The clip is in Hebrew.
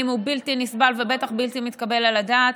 הוא בלתי נסבל ובטח בלתי מתקבל על הדעת.